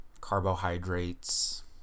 carbohydrates